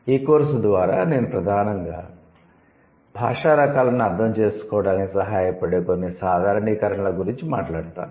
ఈ కోర్సు ద్వారా నేను ప్రధానంగా భాషా రకాలను అర్థం చేసుకోవడానికి సహాయపడే కొన్ని సాధారణీకరణల గురించి మాట్లాడతాను